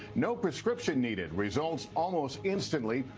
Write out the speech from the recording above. no prescription needed. results almost instantly.